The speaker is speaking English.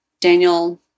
Daniel